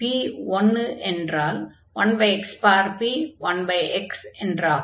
p1என்றால் 1xp1xஎன்றாகும்